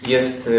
jest